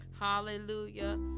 Hallelujah